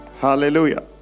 hallelujah